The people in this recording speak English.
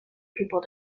people